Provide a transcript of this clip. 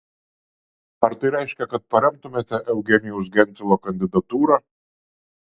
ar tai reiškia kad paremtumėte eugenijaus gentvilo kandidatūrą